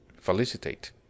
felicitate